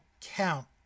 count